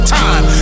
time